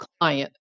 client